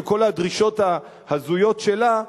וכל הדרישות ההזויות שלה,